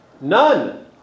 none